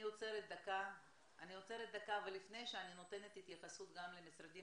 אני עוצרת דקה ולפני שאני נותנת התייחסות גם למשרדים